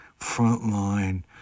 frontline